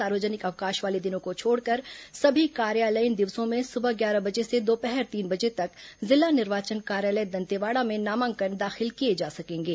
सार्वजनिक अवकाश वाले दिनों को छोड़कर सभी कार्यालयीन दिवसों में सुबह ग्यारह बजे से दोपहर तीन बजे तक जिला निर्वाचन कार्यालय दंतेवाड़ा में नामांकन दाखिल किए जा सकेंगे